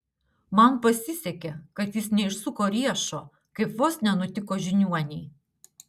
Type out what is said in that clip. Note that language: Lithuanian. man pasisekė kad jis neišsuko riešo kaip vos nenutiko žiniuonei